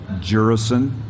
Jurison